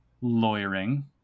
lawyering